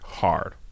hard